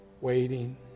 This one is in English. Waiting